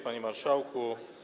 Panie Marszałku!